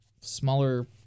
smaller